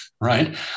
right